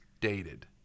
dated